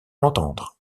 l’entendre